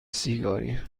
سیگاری